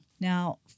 Now